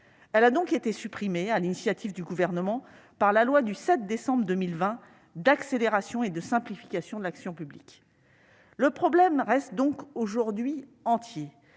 Elle a été supprimée, sur l'initiative du Gouvernement, par la loi du 7 décembre 2020 d'accélération et de simplification de l'action publique. Le problème reste donc aujourd'hui entier.